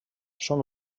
són